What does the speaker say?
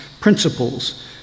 principles